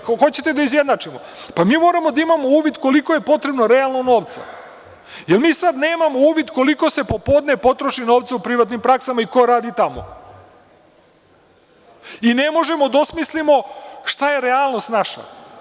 Ako hoćete da izjednačimo, pa mi moramo da imamo uvid koliko je potrebno realno novca, jer mi sada nemamo uvid koliko se popodne potroši novca u privatnim praksama i ko radi tamo, i ne možemo da osmislimo šta je realnost naša.